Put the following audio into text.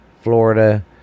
Florida